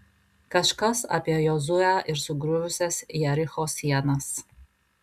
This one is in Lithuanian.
kažkas apie jozuę ir sugriuvusias jericho sienas